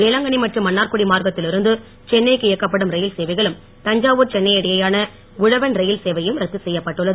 வேளாங்கண்ணி மற்றும் மன்னார்குடி மார்க்கத்தில் இருந்து சென்னைக்கு இயக்கப்படும் ரயில் சேவைகளும் தஞ்சாவூர் சென்னை இடையேயான உழவன் ரயில் சேவையும் ரத்து செய்யப்பட்டள்ளது